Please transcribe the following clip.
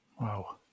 wow